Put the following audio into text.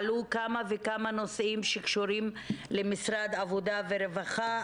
עלו כמה וכמה נושאים שקשורים למשרד העבודה והרווחה.